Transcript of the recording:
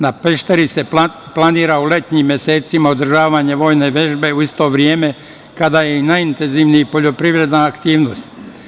Na Pešteru se planira u letnjim mesecima održavanje vojne vežbe u isto vreme kada je i najintenzivnija poljoprivredna aktivnost.